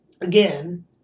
Again